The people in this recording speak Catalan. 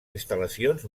instal·lacions